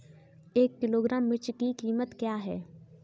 एक किलोग्राम मिर्च की कीमत क्या है?